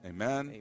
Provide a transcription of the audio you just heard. Amen